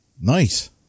Nice